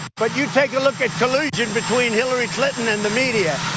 but you take a look at collusion between hillary clinton and the media.